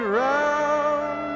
round